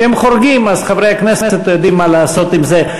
כשהם חורגים אז חברי הכנסת יודעים מה לעשות עם זה.